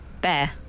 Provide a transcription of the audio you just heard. Bear